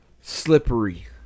Slippery